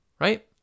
Right